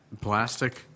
plastic